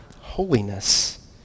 holiness